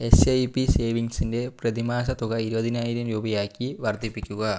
SIP സേവിങ്സിൻ്റെ പ്രതിമാസതുക ഇരുപതിനായിരം രൂപയാക്കി വർദ്ധിപ്പിക്കുക